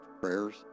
prayers